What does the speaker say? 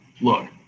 look